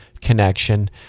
connection